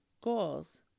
goals